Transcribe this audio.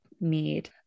need